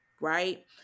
right